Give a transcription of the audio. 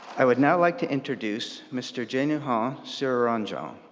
i would now like to introduce mr. jhanahan sriranjan,